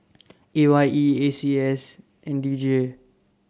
A Y E A C S and D J